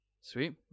Sweet